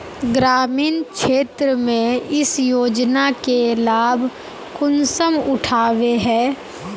ग्रामीण क्षेत्र में इस योजना के लाभ कुंसम उठावे है?